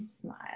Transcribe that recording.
smile